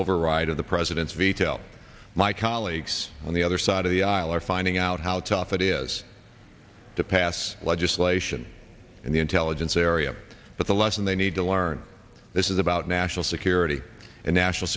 override of the president's veto my colleagues on the other side of the aisle are finding out how tough it is to pass legislation in the intelligence area but the lesson they need to learn this is about national security and national